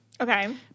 Okay